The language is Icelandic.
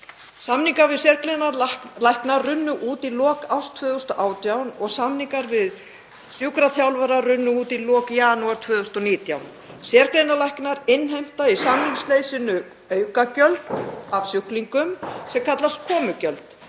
Samningar við sérgreinalækna runnu út í lok árs 2018 og samningar við sjúkraþjálfara runnu út í lok janúar 2019. Sérgreinalæknar innheimta í samningsleysinu aukagjöld af sjúklingum sem kallast komugjöld,